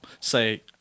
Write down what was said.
say